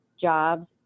jobs